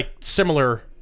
similar